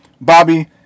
Bobby